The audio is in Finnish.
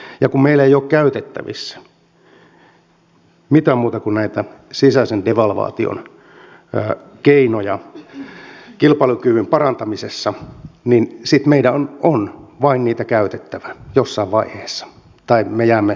ja kun meillä ei ole käytettävissä mitään muuta kuin näitä sisäisen devalvaation keinoja kilpailukyvyn parantamisessa niin sitten meidän on vain niitä käytettävä jossain vaiheessa tai me jäämme täydellisesti junasta